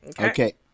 Okay